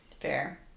Fair